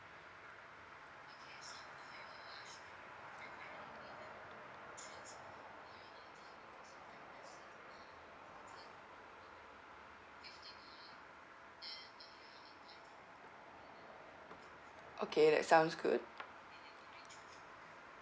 okay that sounds good